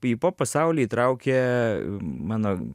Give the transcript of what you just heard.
į pop pasaulį įtraukė mano